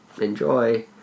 Enjoy